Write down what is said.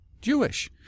Jewish